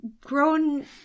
grown